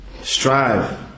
strive